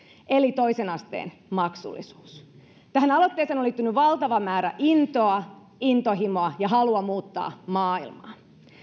eli toisen asteen maksullisuudesta tähän aloitteeseen on liittynyt valtava määrä intoa intohimoa ja halua muuttaa maailmaa